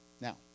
Now